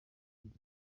ibice